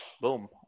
Boom